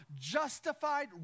Justified